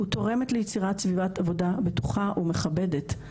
ותורמת ליצירת סביבת עבודה בטוחה ומכבדת,